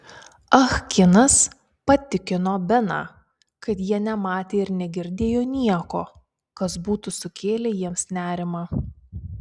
ah kinas patikino beną kad jie nematė ir negirdėjo nieko kas būtų sukėlę jiems nerimą